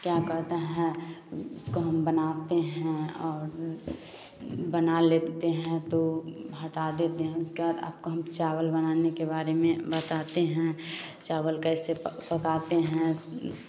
क्या कहते हैं उसको हम बनाते हैं बना लेते हैं तो हटा देते हैं उसके बाद आपको हम चावल बनाने के बारे में बताते हैं चावल कैसे पकाते हैं